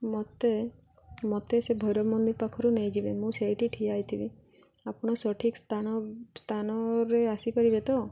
ମୋତେ ମୋତେ ସେ ଭୈରବ ମନ୍ଦିର ପାଖରୁ ନେଇଯିବେ ମୁଁ ସେଇଠି ଠିଆ ହେଇଥିବି ଆପଣ ସଠିକ୍ ସ୍ଥାନ ସ୍ଥାନରେ ଆସିପାରିବେ ତ